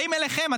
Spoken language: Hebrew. באים אליכם,